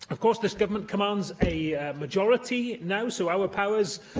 of course, this government commands a majority, now, so our powers,